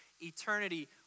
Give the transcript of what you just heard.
eternity